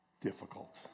difficult